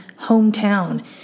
hometown